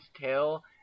tail